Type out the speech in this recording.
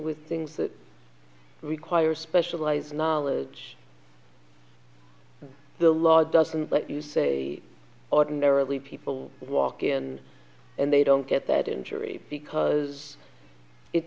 with things that require specialized knowledge the law doesn't let you say ordinarily people walk in and they don't get that injury because i